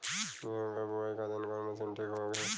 गेहूँ के बुआई खातिन कवन मशीन ठीक होखि?